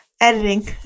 Editing